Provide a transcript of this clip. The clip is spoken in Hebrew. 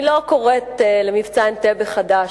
אני לא קוראת למבצע אנטבה חדש,